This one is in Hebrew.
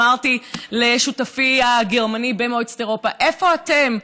אמרתי לשותפי הגרמני במועצת אירופה: איפה אתם?